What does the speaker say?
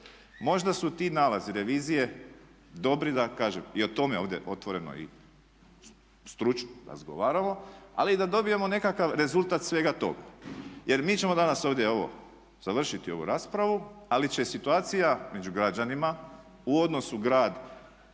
Možda su ti nalazi revizije dobri, da kažem i o tome ovdje otvoreno i stručno razgovaramo, ali i da dobijemo nekakav rezultat svega toga. Jer mi ćemo danas ovdje evo završiti ovu raspravu, ali će situacija među građanima u odnosu grad,